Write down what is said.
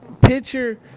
Picture